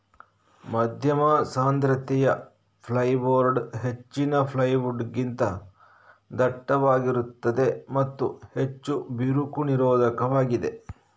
ಮಧ್ಯಮ ಸಾಂದ್ರತೆಯ ಫೈರ್ಬೋರ್ಡ್ ಹೆಚ್ಚಿನ ಪ್ಲೈವುಡ್ ಗಿಂತ ದಟ್ಟವಾಗಿರುತ್ತದೆ ಮತ್ತು ಹೆಚ್ಚು ಬಿರುಕು ನಿರೋಧಕವಾಗಿದೆ